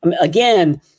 Again